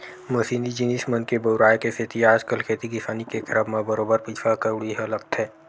मसीनी जिनिस मन के बउराय के सेती आजकल खेती किसानी के करब म बरोबर पइसा कउड़ी ह लगथे